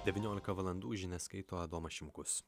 devyniolika valandų žinias skaito adomas šimkus